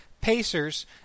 Pacers